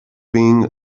being